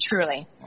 truly